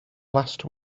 last